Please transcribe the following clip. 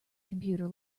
computer